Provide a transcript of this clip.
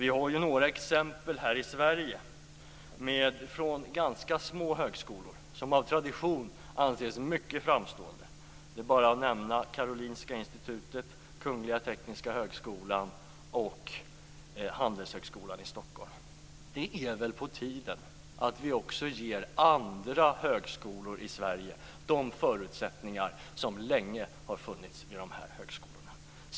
Vi har några exempel här i Sverige från ganska små högskolor som av tradition anses som mycket framstående, t.ex. Karolinska institutet, Kungliga tekniska högskolan och Handelshögskolan i Stockholm. Det är väl på tiden att vi också ger andra högskolor i Sverige de förutsättningar som länge har funnits vid dessa högskolor.